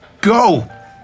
go